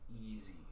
easy